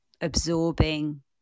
absorbing